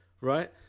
right